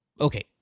Okay